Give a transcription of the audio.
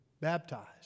baptized